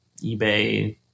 eBay